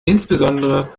insbesondere